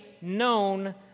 known